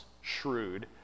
shrewd